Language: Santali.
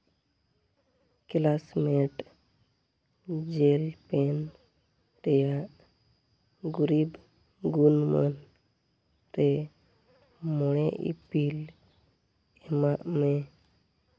ᱠᱞᱟᱥᱢᱮᱴ ᱡᱮᱹᱞ ᱯᱮᱹᱱ ᱨᱮᱭᱟᱜ ᱜᱩᱨᱤᱵᱽ ᱜᱩᱱᱢᱟᱱ ᱨᱮ ᱢᱚᱬᱮ ᱤᱯᱤᱞ ᱮᱢᱟᱜ ᱢᱮ